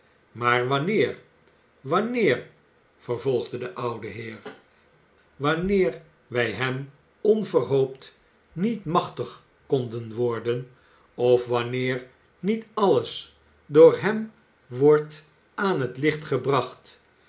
maar wanneer r wanneer vervolgde de oude heer wanneer wij hem onverhoopt niet machtig konden worden of wanneer niet alles door hem wordt aan het licht gebracht